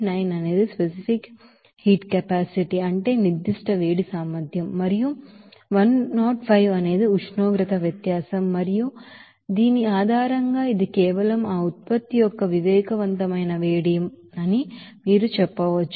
9 అనేది specific heat capacity మరియు 105 అనేది ఉష్ణోగ్రత వ్యత్యాసం మరియు దీని ఆధారంగా ఇది కేవలం ఆ ప్రోడక్ట్ యొక్క సెన్సిబిల్ హీట్ అని మీరు చెప్పవచ్చు